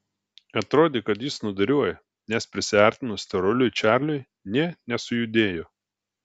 atrodė kad jis snūduriuoja nes prisiartinus storuliui čarliui nė nesujudėjo